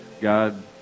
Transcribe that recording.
God